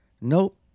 nope